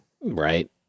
Right